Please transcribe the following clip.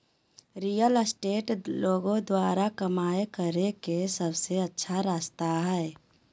real estate लोग द्वारा कमाय करे के सबसे अच्छा रास्ता हइ